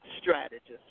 strategist